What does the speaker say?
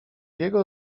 jego